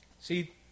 See